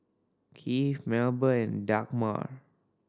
Keith Melba and Dagmar